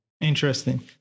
Interesting